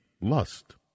lust